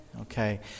Okay